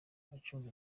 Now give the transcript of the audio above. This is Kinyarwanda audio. acunga